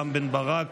רם בן ברק,